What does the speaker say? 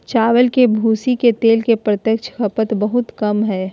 चावल के भूसी के तेल के प्रत्यक्ष खपत बहुते कम हइ